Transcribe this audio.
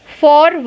four